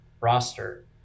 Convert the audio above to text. roster